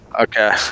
okay